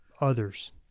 others